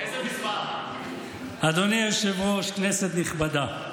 אדוני היושב-ראש, כנסת נכבדה,